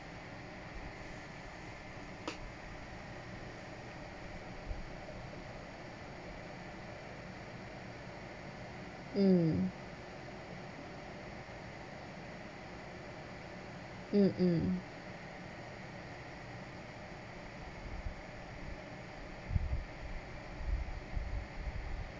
mm mmhmm